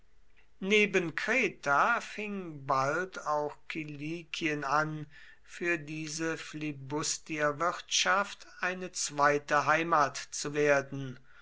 neben kreta fing bald auch kilikien an für diese flibustierwirtschaft eine zweite heimat zu werden